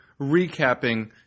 recapping